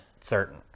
certain